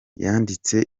yanditse